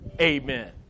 Amen